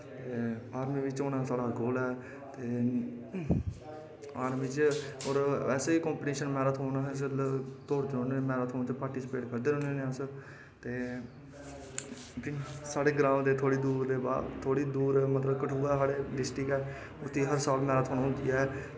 army च होना साढ़ा गोल ऐ ते आर्मी च असेंं कंपिटिशन मैराथोन जिसलै दौड़दे होन्ने पाटिसिपेट करदे रौह्ने होन्ने अस ते साढ़े ग्रांऽ दा थोह्ड़े दूर कठुआ साढ़ी डिस्टिक ऐ उत्थै सदा मैराथन होंदी ऐ